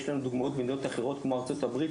יש לנו דוגמאות במדינות אחרות כמו ארצות הברית